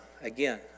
again